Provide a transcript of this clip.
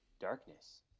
darkness